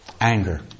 Anger